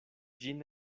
ĝin